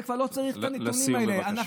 כבר לא צריך את הנתונים האלה, לסיים, בבקשה.